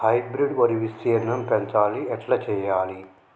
Hybrid వరి విస్తీర్ణం పెంచాలి ఎట్ల చెయ్యాలి?